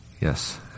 Yes